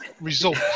result